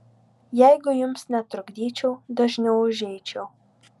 jeigu jums netrukdyčiau dažniau užeičiau